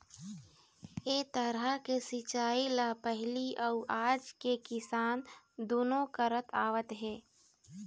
ए तरह के सिंचई ल पहिली अउ आज के किसान दुनो करत आवत हे